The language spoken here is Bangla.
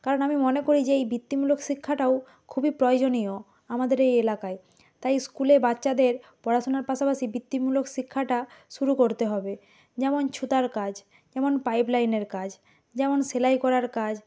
কারণ আমি মনে করি যে এই বিত্তিমূলক শিক্ষাটাও খুবই প্রয়োজনীয় আমাদের এই এলাকায় তাই ইস্কুলে বাচ্ছাদের পড়াশোনার পাশাপাশি বিত্তিমূলক শিক্ষাটা শুরু করতে হবে যেমন ছুতার কাজ যেমন পাইব লাইনের কাজ যেমন সেলাই করার কাজ